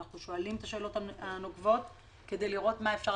אנחנו שואלים את השאלות הנוקבות כדי לראות מה אפשר